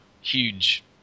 huge